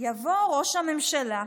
יבוא ראש הממשלה,